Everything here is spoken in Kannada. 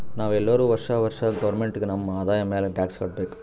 ನಾವ್ ಎಲ್ಲೋರು ವರ್ಷಾ ವರ್ಷಾ ಗೌರ್ಮೆಂಟ್ಗ ನಮ್ ಆದಾಯ ಮ್ಯಾಲ ಟ್ಯಾಕ್ಸ್ ಕಟ್ಟಬೇಕ್